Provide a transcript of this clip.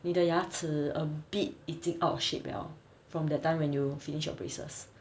你的牙齿 a bit 已经 out of shape liao from that time when you finish your braces